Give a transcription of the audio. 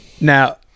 Now